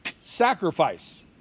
sacrifice